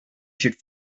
should